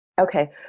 Okay